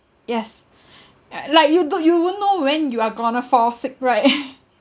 yes ya like you don't you won't know when you are going to fall sick right